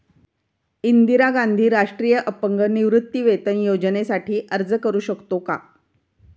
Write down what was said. इंदिरा गांधी राष्ट्रीय अपंग निवृत्तीवेतन योजनेसाठी अर्ज करू शकतो का?